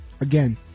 again